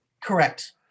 Correct